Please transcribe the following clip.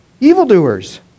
evildoers